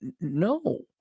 no